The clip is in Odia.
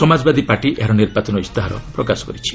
ସମାଜବାଦୀ ପାର୍ଟି ଏହାର ନିର୍ବାଚନ ଇସ୍ତାହାର ପ୍ରକାଶ କରିଛି